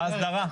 ההסדרה.